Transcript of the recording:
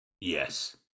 Yes